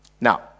Now